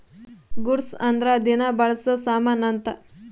goods ಅಂದ್ರ ದಿನ ಬಳ್ಸೊ ಸಾಮನ್ ಅಂತ